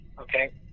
okay